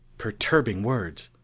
perturbing words!